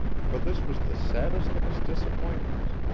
for this was the saddest of his disappointments,